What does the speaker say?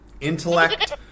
intellect